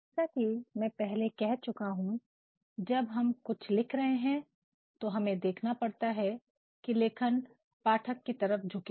जैसा कि मैं पहले कह चुका हूं जब हम कुछ लिख रहे हैं तो हमें देखना पड़ता है किलेखन पाठक के तरफ झुके